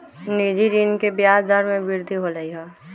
निजी ऋण के ब्याज दर में वृद्धि होलय है